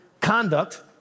conduct